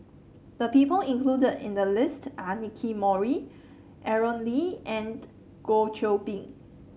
the people included in the list are Nicky Moey Aaron Lee and Goh Qiu Bin